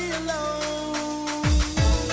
alone